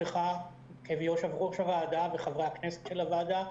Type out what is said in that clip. גברתי יושבת-ראש הוועדה וחברי הכנסת של הוועדה,